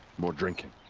more drinking.